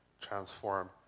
transform